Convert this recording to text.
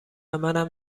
منم